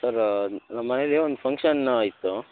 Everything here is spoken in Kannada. ಸರ್ರ ನಮ್ಮ ಮನೇಲ್ಲಿ ಒಂದು ಫಂಕ್ಷನ್ ಇತ್ತು